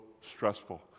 stressful